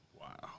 Wow